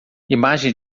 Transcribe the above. imagem